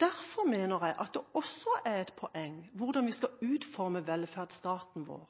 Derfor mener jeg det også er et poeng hvordan vi utformer velferdsstaten vår,